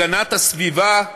הגנת הסביבה,